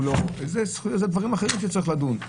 אלה הם דברים אחרים בהם צריך לדון.